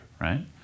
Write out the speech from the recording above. right